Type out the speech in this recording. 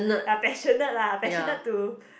ya passionate lah passionate to